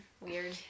weird